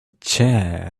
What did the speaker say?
chair